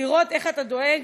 לראות איך אתה דואג